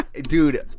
dude